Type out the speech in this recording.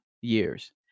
years